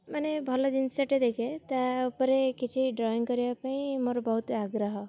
ମାନେ ଭଲ ଜିନିଷଟେ ଦେଖେ ତା ଉପରେ କିଛି ଡ୍ରଇଂ କରିବା ପାଇଁ ମୋର ବହୁତ ଆଗ୍ରହ